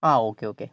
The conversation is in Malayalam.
ആ ഓക്കേ ഓക്കേ